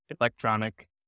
electronic